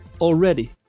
already